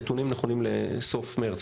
הנתונים נכונים לסוף מרס,